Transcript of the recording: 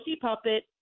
puppet